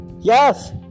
Yes